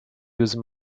use